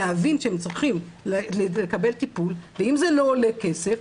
להבין שהם צריכים לקבל טיפול ואם זה לא עולה כסף,